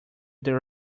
there